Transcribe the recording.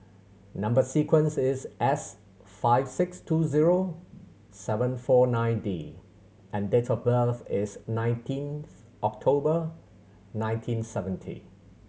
number sequence is S five six two zero seven four nine D and date of birth is nineteenth October nineteen seventy